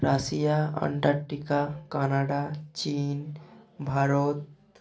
Russia Antarctica Canada চিন ভারত